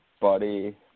Buddy